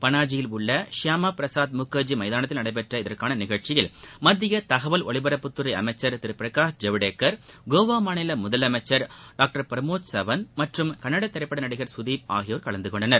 பனாஜியில் உள்ள ஷியாமா பிரசாத் முகர்ஜி மைதானத்தில் நடைபெற்ற இதற்கான நிகழ்ச்சியில் மத்திய தகவல் ஒலிபரப்புத்துறை அமைச்சர் திரு பிரகாஷ் ஜவடேகர் கோவா மாநில முதலமைச்சர் டாக்டர் பிரமோத் சவன்த் மற்றும் கன்னட திரைப்பட நடிகர் சுதீப் ஆகியோர் கலந்து கொண்டனர்